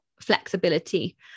flexibility